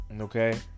Okay